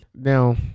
Now